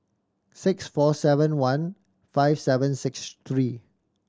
six four seven one five seven six three